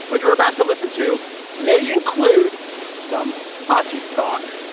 what you're about to listen to may include some potty talk.